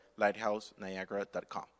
LighthouseNiagara.com